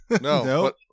No